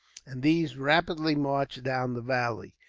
and these rapidly marched down the valley,